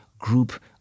group